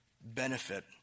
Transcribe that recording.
benefit